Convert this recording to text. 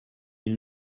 ils